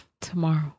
tomorrow